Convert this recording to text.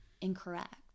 incorrect